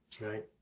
Right